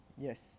Yes